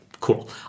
cool